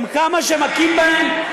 כמה שמכים בהם,